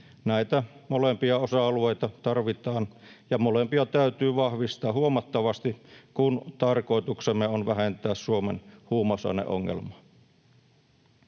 Näitä molempia osa-alueita tarvitaan, ja molempia täytyy vahvistaa huomattavasti, kun tarkoituksemme on vähentää Suomen huumausaineongelmaa.